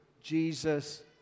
Jesus